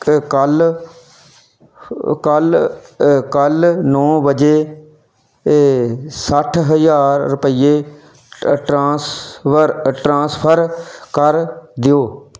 ਕ ਕੱਲ੍ਹ ਕਲ੍ਹ ਕਲ੍ਹ ਨੌ ਵਜੇ ਸੱਠ ਹਜ਼ਾਰ ਰੁਪਈਏ ਟ ਟ੍ਰਾਂਸਵਰ ਟ੍ਰਾਂਸਫਰ ਕਰ ਦਿਓ